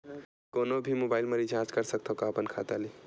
कोनो भी मोबाइल मा रिचार्ज कर सकथव का अपन खाता ले?